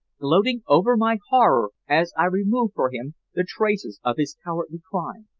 gloating over my horror as i removed for him the traces of his cowardly crime.